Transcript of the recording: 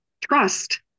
trust